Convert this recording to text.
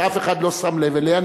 שאף אחד לא שם לב אליה,